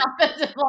offensive